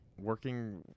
working